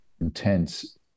intense